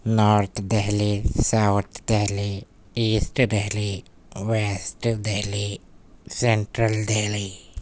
north Delhi south Delhi east Delhi west Delhi central Delhi